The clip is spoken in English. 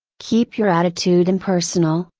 keep your attitude impersonal,